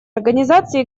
организации